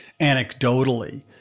anecdotally